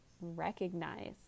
recognize